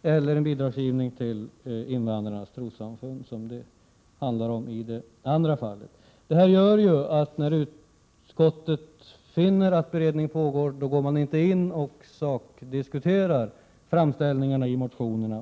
och i andra fallet en bidragsgivning till folkrörelserna. När utskottet finner att beredning pågår sakdiskuterar man inte framställningarna i motionerna.